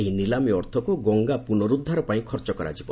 ଏହି ନିଲାମି ଅର୍ଥକୁ ଗଙ୍ଗା ପୁନରୁଦ୍ଧାର ପାଇଁ ଖର୍ଚ୍ଚ କରାଯିବ